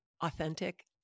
authentic